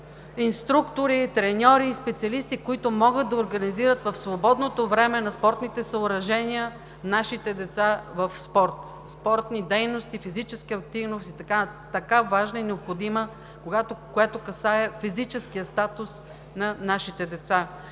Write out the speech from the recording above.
инструктори, треньори и специалисти, които могат да организират в свободното време на спортните съоръжения нашите деца в спорт, спортни дейности, физическа активност и така важна и необходима, което касае физическия статус на нашите деца.